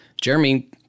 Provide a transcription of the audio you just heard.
Jeremy